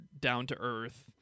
down-to-earth